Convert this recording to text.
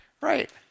right